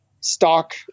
stock